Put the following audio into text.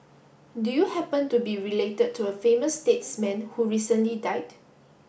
do you happen to be related to a famous statesman who recently died